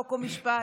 חוק ומשפט.